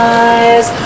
eyes